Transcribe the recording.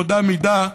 באותה מידה.